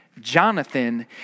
Jonathan